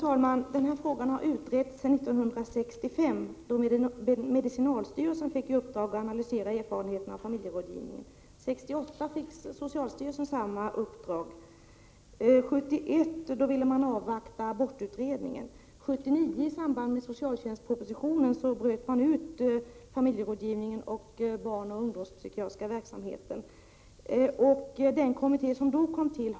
Allt fler handikappade människor klagar över sina mycket begränsade möjligheter att få adoptera barn. De känner sig åsidosatta och mindervärdiga, samtidigt som de menar att de är lika väl skickade att ta hand om barn som andra människor.